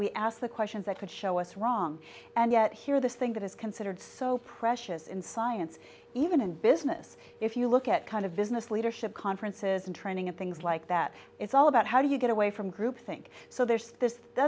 we ask the questions that could show us wrong and yet here the thing that is considered so precious in science even in business if you look at kind of business leadership conferences and training and things like that it's all about how do you get away from groupthink so there's this